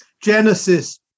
Genesis